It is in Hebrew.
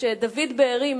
כשדוד בארי,